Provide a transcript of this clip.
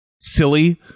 silly